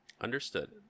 Understood